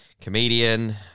comedian